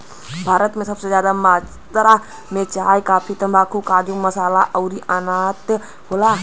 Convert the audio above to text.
भारत से सबसे जादा मात्रा मे चाय, काफी, तम्बाकू, काजू, मसाला अउर अनाज निर्यात होला